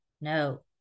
No